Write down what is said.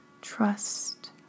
trust